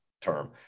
term